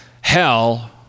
hell